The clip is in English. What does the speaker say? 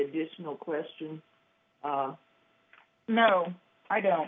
additional questions no i don't